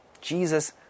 Jesus